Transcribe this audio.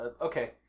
Okay